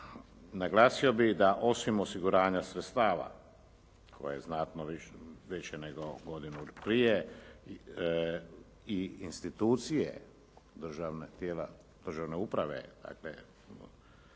Naglasio bih da osim osiguranja sredstava, koje je znatno više nego godina prije i institucije, državna tijela